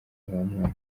bamwana